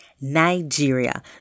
Nigeria